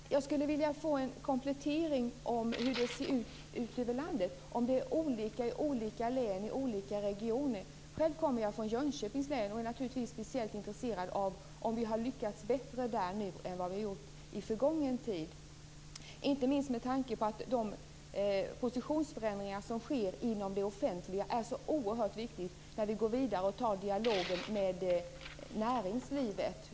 Fru talman! Det gläder mig att regeringen även på detta område har flyttat fram jämställdhetsvisionerna. Det känns positivt. Jag skulle vilja ha en komplettering av hur det ser ut ute i landet, om det är olika i olika län och olika regioner. Själv kommer jag från Jönköpings län och är naturligtvis speciellt intresserad av om vi har lyckats bättre där nu än vad vi har gjort i förgången tid. Jag tar upp detta inte minst med tanke på att de positionsförändringar som sker inom det offentliga är så oerhört viktiga när vi går vidare för att ta dialogen med näringslivet.